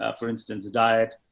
ah for instance, diet,